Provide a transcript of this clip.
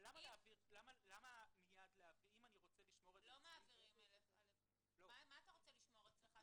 אבל למה מיד להעביר אם אני רוצה לשמור --- מה אתה רוצה לשמור אצלך,